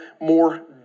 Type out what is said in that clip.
more